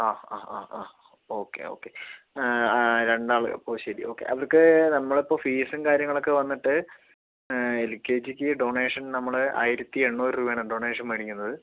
ആ ആ ആ ആ ഓക്കെ ഓക്കെ രണ്ടാള് അപ്പോൾ ശരി ഓക്കെ അവർക്ക് നമ്മളിപ്പോൾ ഫീസും കാര്യങ്ങളൊക്കെ വന്നിട്ട് എൽകെജിക്ക് ഡൊണേഷൻ നമ്മള് ആയിരത്തിഎണ്ണൂറുരൂപയാണ് ഡൊണേഷൻ മേടിക്കുന്നത്